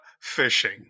fishing